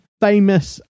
Famous